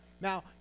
Now